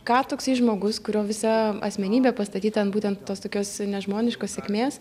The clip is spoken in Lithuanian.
ką toksai žmogus kurio visa asmenybė pastatyta ant būtent tos tokios nežmoniškos sėkmės